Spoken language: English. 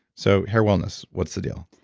so hair wellness. what's the deal?